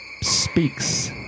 speaks